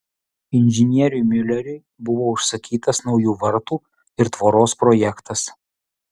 inžinieriui miuleriui buvo užsakytas naujų vartų ir tvoros projektas